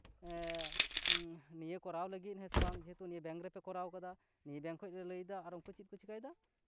ᱮᱸᱜ ᱱᱤᱭᱟᱹ ᱠᱚᱨᱟᱣ ᱞᱟᱹᱜᱤᱫ ᱦᱮᱸ ᱥᱮ ᱵᱟᱝ ᱡᱮᱦᱮᱛᱩ ᱵᱮᱝᱠ ᱨᱮᱯᱮ ᱠᱚᱨᱟᱣ ᱠᱟᱫᱟ ᱱᱤᱭᱟᱹ ᱵᱮᱝᱠ ᱠᱷᱚᱱ ᱞᱮ ᱞᱟᱹᱭᱮᱫᱟ ᱟᱨ ᱩᱱᱠᱩ ᱪᱮᱫ ᱠᱚ ᱪᱤᱠᱟᱹᱭᱮᱫᱟ